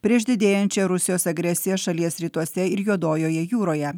prieš didėjančią rusijos agresiją šalies rytuose ir juodojoje jūroje